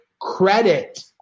credit